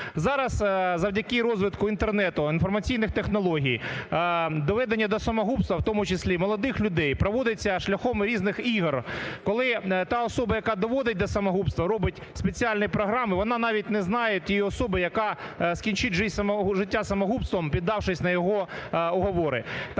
Зараз, завдяки розвитку Інтернету, інформаційних технологій, доведення до самогубства, в тому числі і молодих людей, проводиться шляхом молодих людей проводиться шляхом різних ігор, коли та особа, яка доводить до самогубства робить спеціальні програми, вона навіть не знає тієї особи, яка скінчить життя самогубством піддавшись на його уговори.